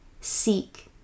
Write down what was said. seek